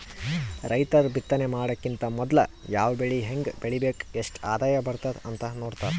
ರೈತರ್ ಬಿತ್ತನೆ ಮಾಡಕ್ಕಿಂತ್ ಮೊದ್ಲ ಯಾವ್ ಬೆಳಿ ಹೆಂಗ್ ಬೆಳಿಬೇಕ್ ಎಷ್ಟ್ ಆದಾಯ್ ಬರ್ತದ್ ಅಂತ್ ನೋಡ್ತಾರ್